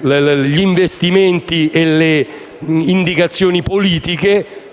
gli investimenti e le indicazioni politiche,